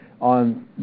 on